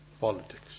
politics